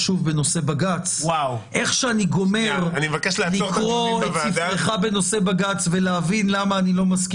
שוועדה אחת קובעת את העבירות ועובדת על החוק